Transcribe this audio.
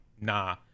nah